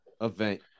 event